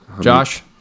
Josh